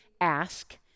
ask